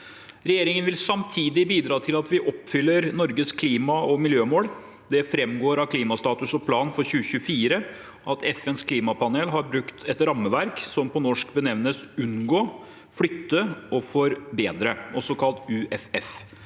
Regjeringen vil samtidig bidra til at vi oppfyller Norges klima- og miljømål. Det framgår av klimastatus og -plan for 2024 at FNs klimapanel har brukt et rammeverk som på norsk benevnes «unngå, flytte og forbedre», også kalt UFF,